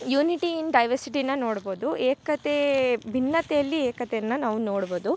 unity in ಡೈವರ್ಸಿಟಿನ ನೋಡ್ಬೋದು ಏಕತೆ ಭಿನ್ನತೆಯಲ್ಲಿ ಏಕತೆಯನ್ನು ನಾವು ನೋಡ್ಬೌದು